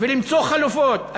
ולמצוא חלופות.